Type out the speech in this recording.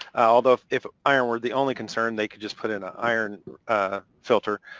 although if iron were the only concern they could just put in an iron filter.